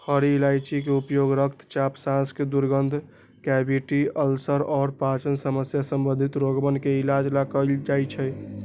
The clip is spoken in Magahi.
हरी इलायची के उपयोग रक्तचाप, सांस के दुर्गंध, कैविटी, अल्सर और पाचन समस्या संबंधी रोगवन के इलाज ला कइल जा हई